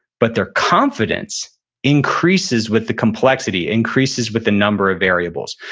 but their confidence increases with the complexity, increases with the number of variables.